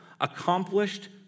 Accomplished